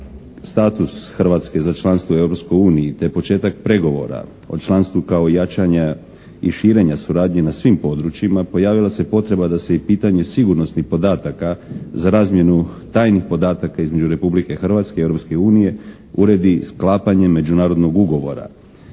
status Hrvatske za članstvo u Europskoj uniji te početak pregovora o članstvu kao jačanja i širenja suradnje na svim područjima pojavila se potreba da se i pitanje sigurnosnih podataka za razmjenu tajnih podataka između Republike Hrvatske i Europske unije uredi sklapanjem međunarodnog ugovora.